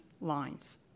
lines